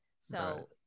So-